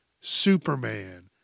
Superman